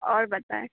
اور بتائیں